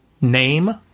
name